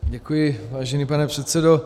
Děkuji, vážený pane předsedo.